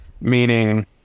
meaning